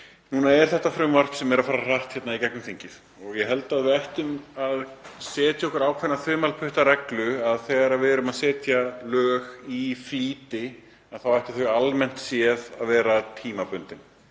Nú er þetta frumvarp að fara hratt í gegnum þingið og ég held að við ættum að setja okkur ákveðna þumalputtareglu, að þegar við setjum lög í flýti þá ættu þau almennt séð að vera tímabundin